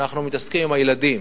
אנחנו מתעסקים עם הילדים: